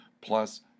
plus